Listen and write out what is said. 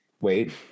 Wait